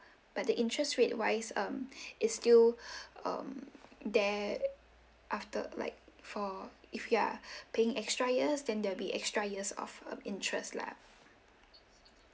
but the interest rate wise um it's still um there after like for if you're paying extra years then there will be extra years of um interest lah